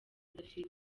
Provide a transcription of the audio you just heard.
adafite